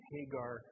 Hagar